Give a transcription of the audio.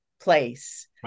place